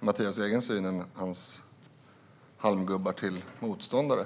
Mathias egen syn än med den hos hans halmgubbar till motståndare.